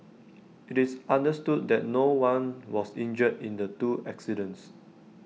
IT is understood that no one was injured in the two accidents